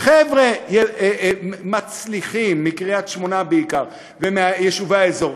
חבר'ה מצליחים מקריית-שמונה בעיקר ומיישובי האזור,